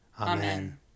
Amen